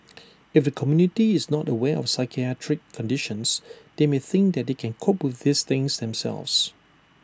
if the community is not aware of psychiatric conditions they may think that they can cope with these things themselves